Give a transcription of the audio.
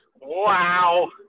Wow